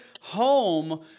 home